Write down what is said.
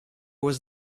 was